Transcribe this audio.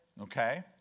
Okay